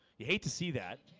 you hate to see that